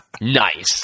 Nice